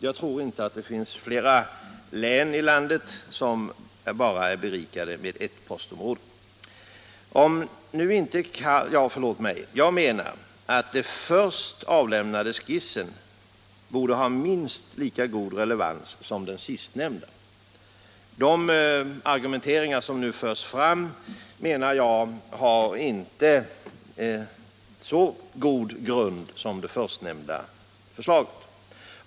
Jag tror inte att det finns några andra län i landet som bara har ett postområde. Jag anser att den först avlämnade skissen borde ha minst lika stor relevans som den sistnämnda. Jag anser inte att de argument som nu förs fram har lika god grund som argumenten i det första förslaget.